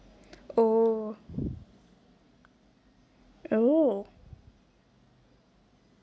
oh oh